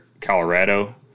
Colorado